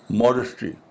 modesty